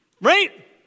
Right